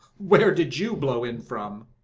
where did you blow in from?